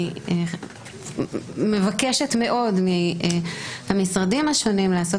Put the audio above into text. אני מבקשת מאוד מהמשרדים השונים לעשות